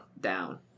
down